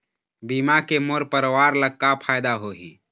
बीमा के मोर परवार ला का फायदा होही?